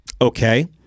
Okay